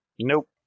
Nope